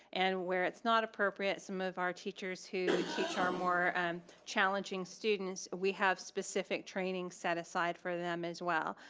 and where it's not appropriate some of our teachers who teach our more challenging students, we have specific training set aside for them as well.